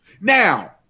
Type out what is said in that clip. Now